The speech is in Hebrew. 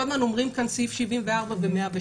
כל הזמן אומרים כאן סעיף 74 ו-108,